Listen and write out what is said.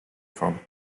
from